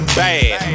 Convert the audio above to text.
bad